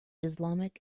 islamic